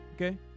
okay